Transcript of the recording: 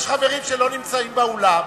יש חברים שאינם נמצאים באולם,